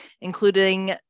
including